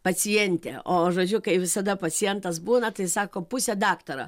pacientė o žodžiu kaip visada pacientas būna tai sako pusė daktaro